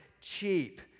cheap